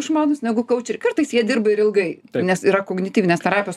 išmanūs negu kaučeriai kartais jie dirba ir ilgai nes yra kognityvinės terapijos